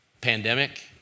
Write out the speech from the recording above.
Pandemic